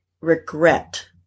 regret